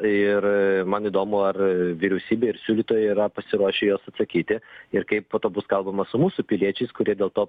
ir man įdomu ar vyriausybė ir siūlytojai yra pasiruošę į juos atsakyti ir kaip po to bus kalbama su mūsų piliečiais kurie dėl to